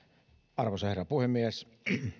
arvoisa herra puhemies